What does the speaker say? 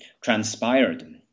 transpired